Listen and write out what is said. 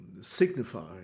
signifying